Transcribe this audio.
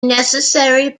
necessary